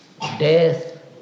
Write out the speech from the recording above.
death